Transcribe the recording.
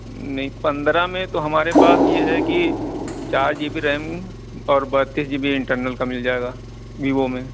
نہیں پندرہ میں تو ہمارے پاس یہ ہے کہ چار جی بی ریم اور بتیس جی بی انٹرنل کا مل جائے گا ویوو میں